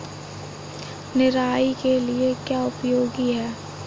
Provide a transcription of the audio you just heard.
निराई के लिए क्या उपयोगी है?